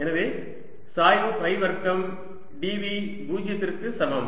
எனவே சாய்வு ஃபை வர்க்கம் d V 0 க்கு சமம்